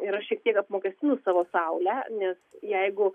yra šiek tiek apmokestinus savo saulę nes jeigu